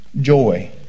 joy